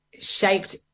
shaped